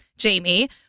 jamie